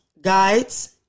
guides